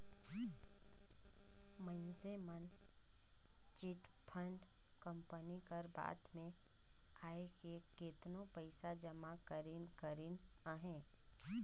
मइनसे मन chit fund company कर बात में आएके केतनो पइसा जमा करिन करिन अहें